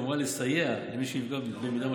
שאמורה לסייע למי שנפגע במידה משמעותית.